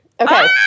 Okay